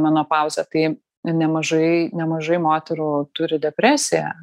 menopauzė tai nemažai nemažai moterų turi depresiją